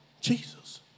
Jesus